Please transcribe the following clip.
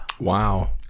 Wow